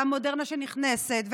המודרנה נכנסת,